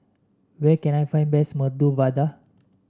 where can I find best Medu Vada